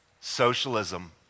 socialism